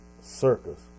circus